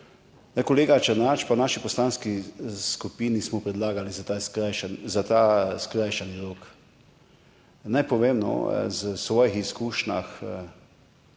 Kolega Černač in v naši poslanski skupini smo predlagali ta skrajšani rok. Naj povem iz svojih izkušenj,